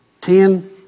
ten